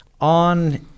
on